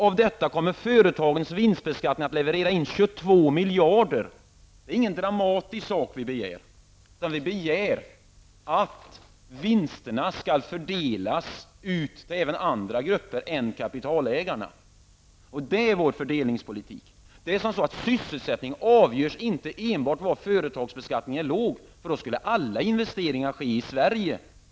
Av detta kommer företagens vinstbeskattning att leverera 22 miljarder. Det vi begär är inte dramatiskt. Vi begär att vinsterna skall fördelas även till andra grupper än kapitalägarna. Det är vår fördelningspolitik. Sysselsättningen avgörs inte enbart av var beskattningen är låg. I så fall skulle alla Europas investeringar ske i Sverige.